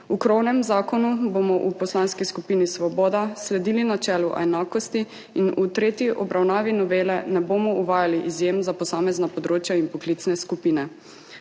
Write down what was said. V krovnem zakonu bomo v Poslanski skupini Svoboda sledili načelu enakosti in v tretji obravnavi novele ne bomo uvajali izjem za posamezna področja in poklicne skupine.